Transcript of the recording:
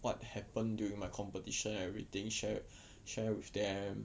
what happened during my competition everything share share with them